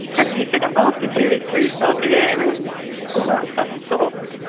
and he said after series three started airing all that stuff stopped,